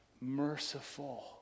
Merciful